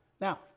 Now